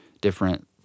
different